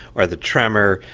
or the tremor,